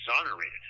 exonerated